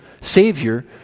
Savior